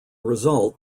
result